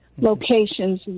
locations